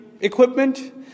equipment